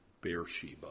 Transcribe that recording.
Beersheba